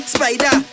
Spider